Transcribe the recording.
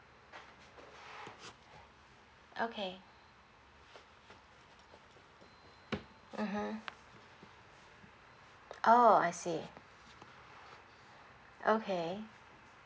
okay mmhmm oh I see okay